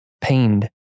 pained